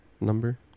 number